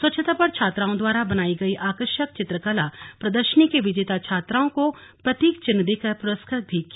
स्वच्छता पर छात्राओं द्वारा बनाई गई आकर्षक चित्रकला प्रदर्शनी के विजेता छात्राओं को प्रतीक चिन्ह देकर पुरस्कृत भी किया